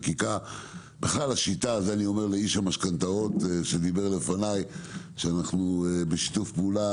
בכלל השיטה אני אומר לאיש המשכנתאות שאנו בשיתוף פעולה